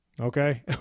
okay